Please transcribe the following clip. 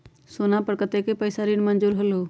सोना पर कतेक पैसा ऋण मंजूर होलहु?